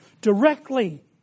directly